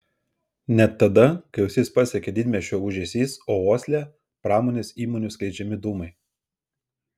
net tada kai ausis pasiekia didmiesčio ūžesys o uoslę pramonės įmonių skleidžiami dūmai